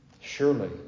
Surely